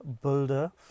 builder